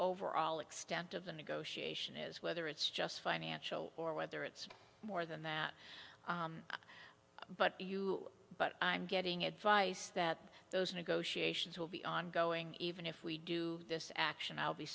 overall extent of the negotiation is whether it's just financial or whether it's more than that but but i'm getting advice that those negotiations will be ongoing even if we do this action i'll be